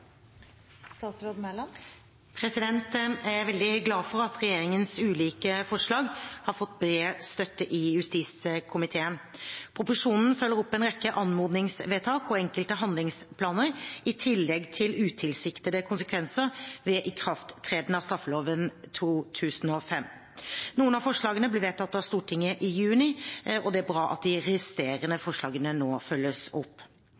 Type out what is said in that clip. veldig glad for at regjeringens ulike forslag har fått bred støtte i justiskomiteen. Proposisjonen følger opp en rekke anmodningsvedtak og enkelte handlingsplaner, i tillegg til utilsiktede konsekvenser ved ikrafttredelsen av straffeloven 2005. Noen av forslagene ble vedtatt av Stortinget i juni. Det er bra at de resterende forslagene nå følges opp.